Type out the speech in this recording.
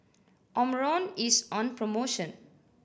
Omron is on promotion